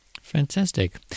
Fantastic